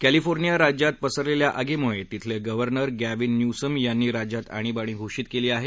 California राज्यात पसरलेल्या आगीमुळे शिले गव्हर्नर गॅवीन न्युसम यांनी राज्यात आणीबाणी घोषित केली आहे